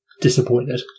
disappointed